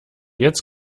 jetzt